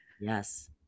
Yes